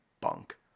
bunk